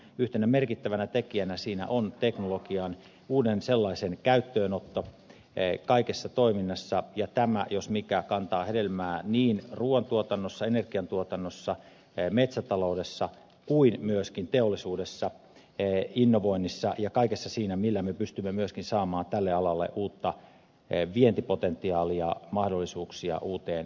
yhtenä merkittävänä tekijänä siinä on teknologian uuden sellaisen käyttöönotto kaikessa toiminnassa ja tämä jos mikä kantaa hedelmää niin ruuantuotannossa energiantuotannossa metsätaloudessa kuin myöskin teollisuudessa innovoinnissa ja kaikessa siinä millä me pystymme myöskin saamaan tälle alalle uutta vientipotentiaalia mahdollisuuksia uuteen menestykseen